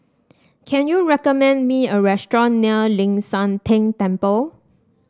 can you recommend me a restaurant near Ling San Teng Temple